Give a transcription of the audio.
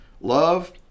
Love